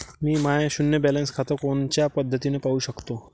मी माय शुन्य बॅलन्स खातं कोनच्या पद्धतीनं पाहू शकतो?